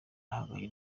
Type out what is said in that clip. ahanganye